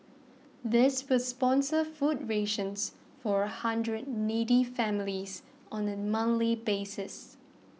this will sponsor food rations for a hundred needy families on a basis